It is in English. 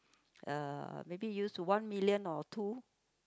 uh maybe use one million or two